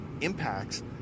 impacts